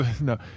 no